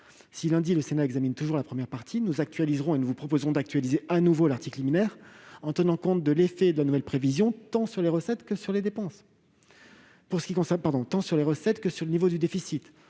ayant été déposés sur cette première partie -, nous vous proposerions d'actualiser de nouveau l'article liminaire en tenant compte de l'effet de la nouvelle prévision tant sur les recettes que sur le niveau du déficit.